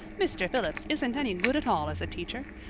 mr. phillips isn't any good at all as a teacher.